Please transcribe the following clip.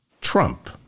trump